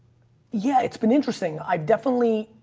yeah, it's been interesting. i definitely,